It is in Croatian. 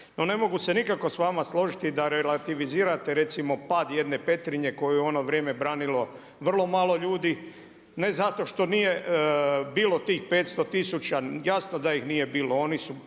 ne mogu se nikako s vama složiti da relativizirate recimo pad jedne Petrinje koju je u ono vrijeme branilo vrlo malo ljudi ne zato što nije bilo tih 500 tisuća, jasno da ih nije bilo, oni su